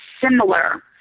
similar